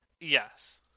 Yes